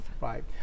Right